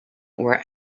where